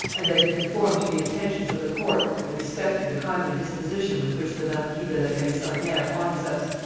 and that he conformed to the intentions of the court and respected the kindly disposition with which the marquis de la galissoniere honours us.